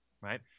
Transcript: right